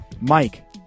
Mike